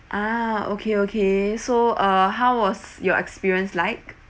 ah okay okay so uh how was your experience like